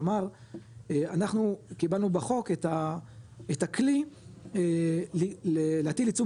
כלומר אנחנו קיבלנו בחוק את הכלי להטיל עיצום